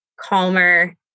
calmer